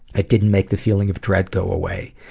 it didn't make the feeling of dread go away,